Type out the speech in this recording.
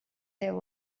there